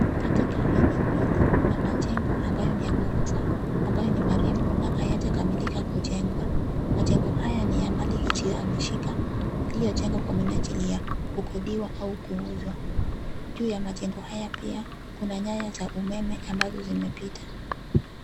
Katika eneo hili kuna majengo ambayo ni ya ghorofa ambayo ni marefu na hayajakamilika kujengwa. Majengo hayo ni ya mali isiyohamishika, iliyojengwa kwa minajili ya kukodiwa au kuuzwa . Juu ya majengo haya pia kuna nyaya za umeme ambazo zimepita.